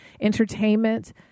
entertainment